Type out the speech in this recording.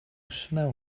smell